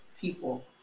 people